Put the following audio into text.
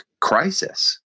crisis